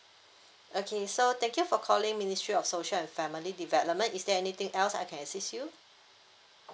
okay so thank you for calling ministry of social and family development is there anything else I can assist you